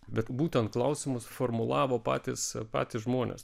bet būtent klausimus formulavo patys patys žmonės